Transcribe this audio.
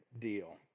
deal